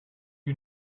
you